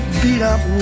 beat-up